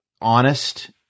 honest